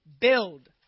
build